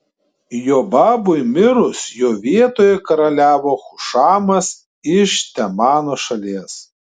jobabui mirus jo vietoje karaliavo hušamas iš temano šalies